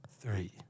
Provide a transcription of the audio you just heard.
three